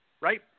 right